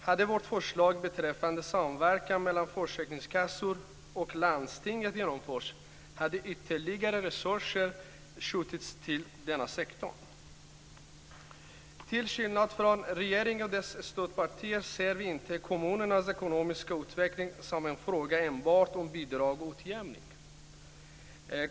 Hade vårt förslag beträffande samverkan mellan försäkringskassor och landstingen genomförts hade ytterligare resurser skjutits till denna sektor. Till skillnad från regeringen och dess stödpartier ser vi inte kommunernas ekonomiska utveckling som en fråga om enbart bidrag och utjämning.